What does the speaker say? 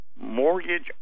mortgage